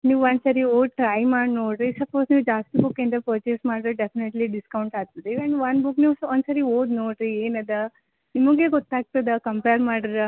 ನೀವು ಒಂದು ಸಾರಿ ಓದಿ ಟ್ರೈ ಮಾಡಿ ನೋಡಿರಿ ಸಪೋಸ್ ನೀವು ಜಾಸ್ತಿ ಬುಕ್ ಏನಾರಾ ಪರ್ಚೇಸ್ ಮಾಡಿದ್ರೆ ಡೆಫ್ನೇಟ್ಲಿ ಡಿಸ್ಕೌಂಟ್ ಆಗ್ತದೆ ಏನು ಒಂದು ಬುಕ್ ನೀವು ಒಂದು ಸಾರಿ ಓದಿ ನೋಡಿರಿ ಏನಿದೆ ನಿಮಗೆ ಗೊತ್ತಾಗ್ತದೆ ಕಂಪೇರ್ ಮಾಡಿರೆ